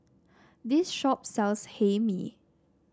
this shop sells Hae Mee